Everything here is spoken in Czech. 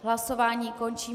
Hlasování končím.